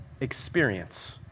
experience